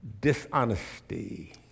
Dishonesty